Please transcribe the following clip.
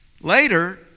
later